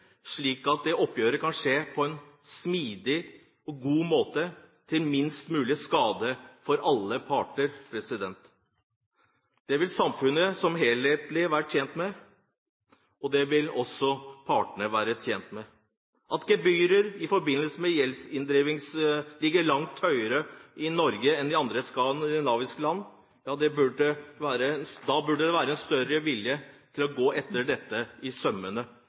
slik at dette oppgjøret kan skje på en smidig og god måte, til minst mulig skade for alle parter. Det vil samfunnet som helhet være tjent med, og det vil partene være tjent med. At gebyrer i forbindelse med gjeldsinndrivelse ligger langt høyere i Norge enn i andre skandinaviske land, burde føre til en større vilje til å gå dette etter i sømmene